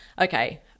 okay